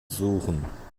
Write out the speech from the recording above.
suchen